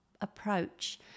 approach